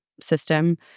system